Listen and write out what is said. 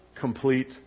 complete